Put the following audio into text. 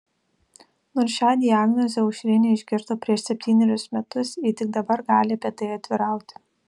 nors šią diagnozę aušrinė išgirdo prieš septynerius metus ji tik dabar gali apie tai atvirauti